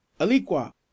aliqua